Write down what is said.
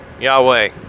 Yahweh